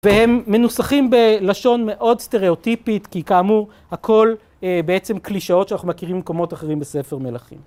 והם מנוסחים בלשון מאוד סטריאוטיפית, כי כאמור הכל בעצם קלישאות שאנחנו מכירים במקומות אחרים בספר מלאכים.